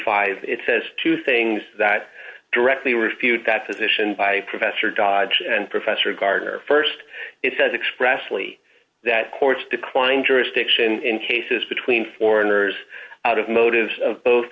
five it says two things that directly refute that position by professor dodgin and professor gardner st it says expressly that courts decline jurisdiction in cases between foreigners out of motives of both